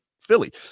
Philly